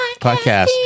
podcast